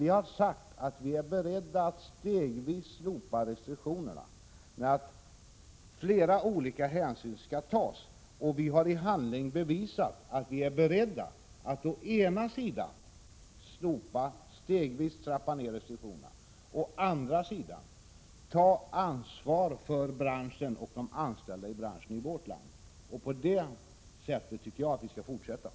Vi har sagt att vi är beredda att stegvis slopa restriktionerna men att flera olika hänsyn skall tas. Vi har i handling visat att vi är beredda att å ena sidan stegvis trappa ned restriktionera och å andra sidan ta ansvar för branschen och för de anställda i branschen i vårt land. På det sättet tycker jag vi skall arbeta vidare.